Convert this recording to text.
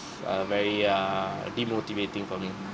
err very err demotivating for me